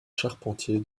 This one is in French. charpentier